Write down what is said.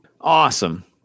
Awesome